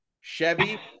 Chevy